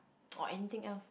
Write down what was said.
or anything else